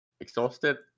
exhausted